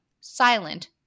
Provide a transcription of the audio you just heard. Silent